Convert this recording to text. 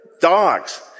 Dogs